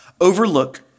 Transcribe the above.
overlook